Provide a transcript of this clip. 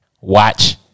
Watch